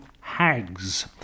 hags